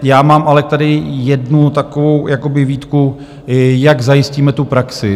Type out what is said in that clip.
Já mám ale tady jednu takovou jakoby výtku: Jak zajistíme tu praxi?